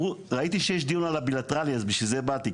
ראיתי שיש דיון על הבילטרלי, אז בשביל זה באתי.